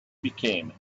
became